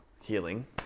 healing